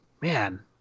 man